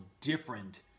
different